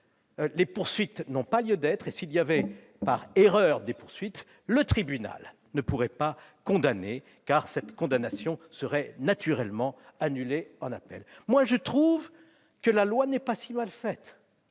les poursuites n'ont pas lieu d'être. Si, par erreur, il y avait quand même des poursuites, le tribunal ne pourrait pas condamner, sinon cette condamnation serait naturellement annulée en appel. Je trouve que la loi n'est pas si mal faite.